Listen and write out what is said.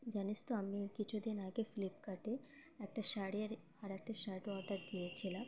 জানিস তো আমি কিছুদিন আগে ফ্লিপকার্টে একটা শাড়ি আর আরকটা শার্ট অর্ডার দিয়েছিলাম